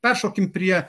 peršokim prie